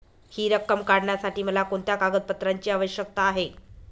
हि रक्कम काढण्यासाठी मला कोणत्या कागदपत्रांची आवश्यकता आहे?